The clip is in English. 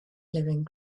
living